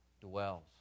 dwells